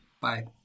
Bye